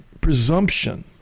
presumption